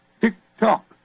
Tick-tock